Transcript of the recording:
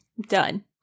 done